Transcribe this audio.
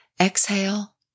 Exhale